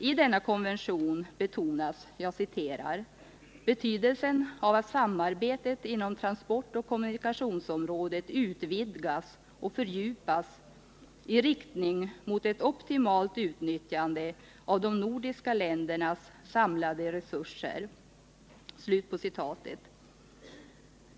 I denna konvention betonas ”betydelsen av att samarbetet inom transportoch kommunikationsområdet utvidgas och fördjupas i riktning mot ett optimalt utnyttjande av de nordiska ländernas samlade resurser”.